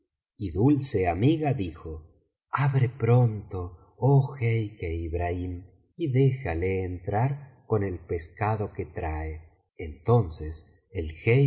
y dulce amiga dijo abre pronto oh jeique ibrahim y déjale entrar con el pescado que trae entonces el